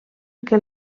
que